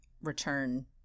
return